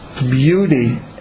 beauty